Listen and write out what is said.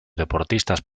deportistas